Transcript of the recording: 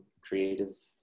creative